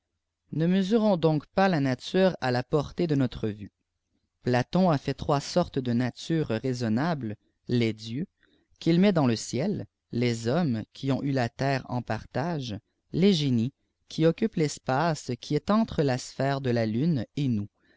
ne mesurons donc pas la nature à la portée de notre vue platon a fait trois sortes de natures raisonnables les dieux qu'il met dans le ciel les hommes qui ont eu la terre en partage les génies qui occupent l'espace qui est entre la sphère de la lune et nous